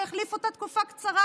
שהחליף אותה תקופה קצרה